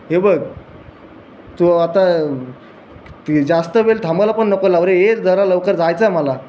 हे बघ तू आता ती जास्त वेळ थांबायला पण नको लावू रे ये जरा लवकर जायचं आहे मला